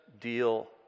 deal